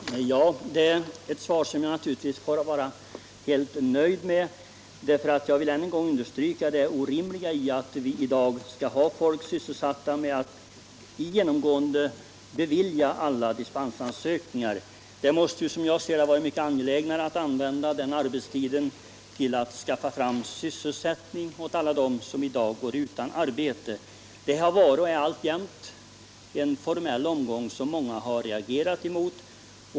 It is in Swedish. Herr talman! Det är ett svar som jag naturligtvis får vara helt nöjd med. Jag vill än en gång understryka det orimliga i att vi i dag skall ha människor sysselsatta med att genomgående bevilja alla dispensansökningar. Det måste, som jag ser det, vara mycket angelägnare att använda den arbetstiden till att skaffa fram sysselsättning åt alla dem som i dag går utan arbete. Dispensgivandet har varit och är alltjämt en formell omgång som många har reagerat emot.